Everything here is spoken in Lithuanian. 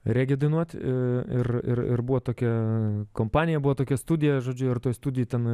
regi dainuot ir ir ir buvo tokia kompanija buvo tokia studija žodžiu ir studijoj ten